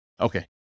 Okay